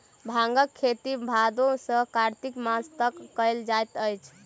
भांगक खेती भादो सॅ कार्तिक मास तक कयल जाइत अछि